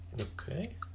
Okay